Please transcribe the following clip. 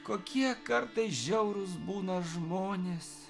kokie kartais žiaurūs būna žmonės